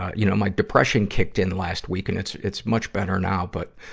you know, my depression kicked in last week, and it's it's much better now. but,